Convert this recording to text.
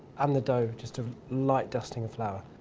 um the dough, just a light dusting of flour.